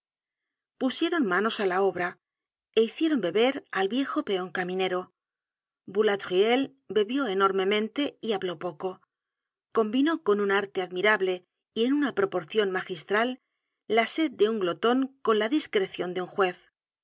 pusieron manos á la obra é hicieron beber al viejo peon caminero boulatruelle bebió enormemente y habló poco combinó con un arte admirable y en una proporcion magistral la sed de un gloton con la discrecion de un juez sin